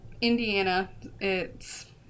Indiana—it's